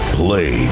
play